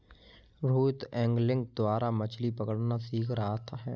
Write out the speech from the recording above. Rohit angling द्वारा मछ्ली पकड़ना सीख रहा है